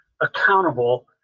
accountable